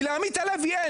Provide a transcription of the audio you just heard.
כי לעמית הלוי אין,